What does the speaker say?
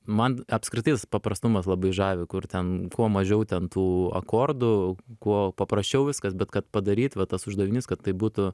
man apskritai tas paprastumas labai žavi kur ten kuo mažiau ten tų akordų kuo paprasčiau viskas bet kad padaryt vat tas uždavinys kad tai būtų